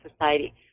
society